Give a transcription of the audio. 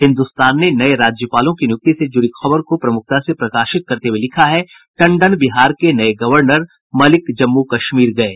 हिन्दुस्तान ने नये राज्यपालों की नियुक्ति से जुड़ी खबर को प्रमुखता से प्रकाशित करते हुये लिखा है टंडन बिहार के नये गवर्नर मलिक जम्मू कश्मीर गये